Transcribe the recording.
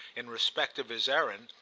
in respect of his errand,